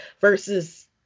versus